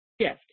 shift